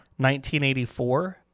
1984